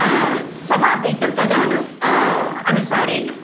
समापितं तदनु अनुसारेण